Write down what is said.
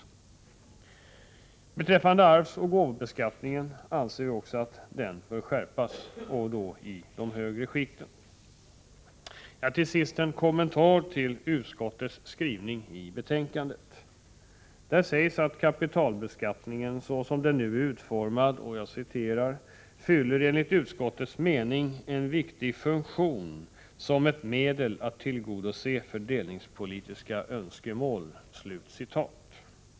Vi anser att också arvsoch gåvobeskattningen skall skärpas i de högre skikten. Till sist en kommentar till utskottets skrivning i betänkandet. Där sägs att kapitalbeskattningen fyller såsom den nu är utformad ”enligt utskottets mening en viktig funktion som ett medel att tillgodose fördelningspolitiska önskemål”.